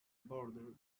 boarder